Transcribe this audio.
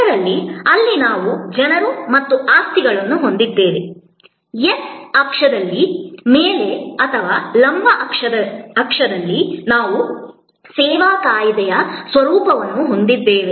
ಆದ್ದರಿಂದ ಅಲ್ಲಿ ನಾವು ಜನರು ಮತ್ತು ಆಸ್ತಿಗಳನ್ನು ಹೊಂದಿದ್ದೇವೆ x ಅಕ್ಷದ ಮೇಲೆ ಅಥವಾ ಲಂಬ ಅಕ್ಷದಲ್ಲಿ ನಾವು ಸೇವಾ ಕಾಯಿದೆಯ ಸ್ವರೂಪವನ್ನು ಹೊಂದಿದ್ದೇವೆ